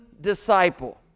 disciple